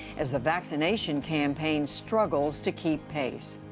as the vaccination campaign struggles to keep pace.